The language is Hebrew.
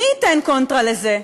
מי ייתן קונטרה לזה?